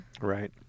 Right